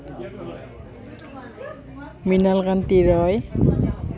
Mrinalkanti Roy